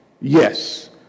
Yes